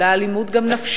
אלא גם אלימות נפשית,